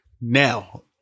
Now